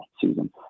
season